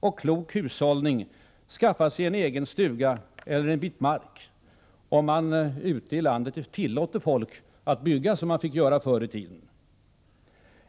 och klok hushållning skaffa sig en egen stuga eller en bit mark — om man nu ute i landet tillåter folk att bygga som man fick göra förr i tiden.